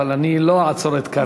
אבל אני לא אעצור את קארין.